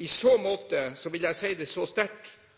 I så måte vil jeg si det så sterkt